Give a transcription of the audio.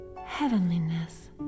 heavenliness